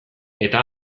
eta